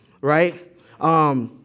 right